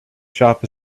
shop